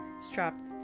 strapped